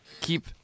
keep